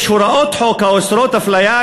יש הוראות חוק האוסרות אפליה,